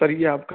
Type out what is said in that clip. سر یہ آپ کا